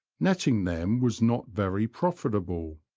netting them was not very profitable,